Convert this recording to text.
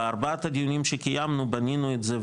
בארבעת הדיונים שקיימנו בנינו את זה,